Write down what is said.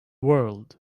world